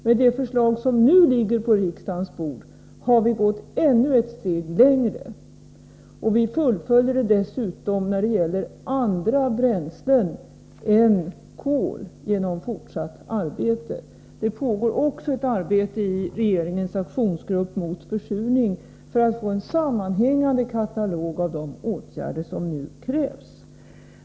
Med det förslag som nu ligger på riksdagens bord har vi gått ett steg längre. Dessutom fullföljer vi det när det gäller andra bränslen än kol genom fortsatt arbete. Det pågår också ett arbete i regeringens aktionsgrupp mot försurning för att få en sammanhängande katalog över de åtgärder som nu krävs.